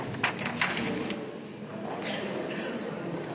Hvala.